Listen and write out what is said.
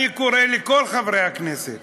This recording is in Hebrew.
אני קורא לכל חברי הכנסת